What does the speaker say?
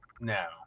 now